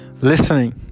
listening